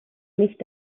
nicht